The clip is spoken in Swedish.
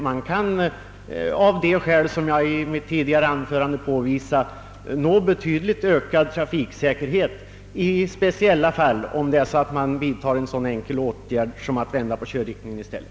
Man kan av de skäl som jag i mitt tidigare anförande påvisade nå betydligt ökad trafiksäkerhet i speciella fall, om man vidtar en så enkel åtgärd som att vända på körriktningen i stället.